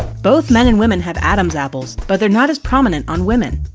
both men and women have adam's apples, but they're not as prominent on women.